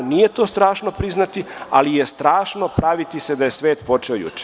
Nije to strašno priznati, ali je strašno praviti se da je svet počeo juče.